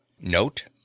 NOTE